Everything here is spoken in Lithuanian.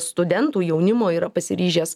studentų jaunimo yra pasiryžęs